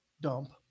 dump